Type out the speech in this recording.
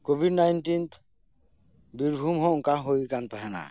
covid nineteen Birbhum ᱦᱚᱸ ᱚᱱᱠᱟ ᱦᱩᱭ ᱟᱠᱟᱱ ᱛᱟᱦᱮᱱᱟ